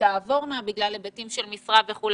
תעבורנה בגלל היבטים של משרה וכו'.